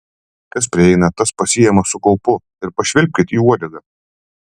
kas prieina tas pasiima su kaupu ir pašvilpkit į uodegą